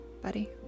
buddy